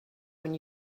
when